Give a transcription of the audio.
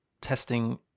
testing